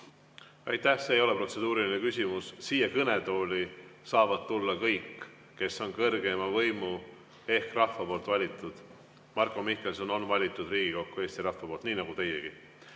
Aitäh! See ei ole protseduuriline küsimus. Siia kõnetooli saavad tulla kõik, kes on kõrgeima võimu ehk rahva poolt valitud. Marko Mihkelson on valitud Riigikokku Eesti rahva poolt, nii nagu teiegi. Ma